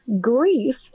grief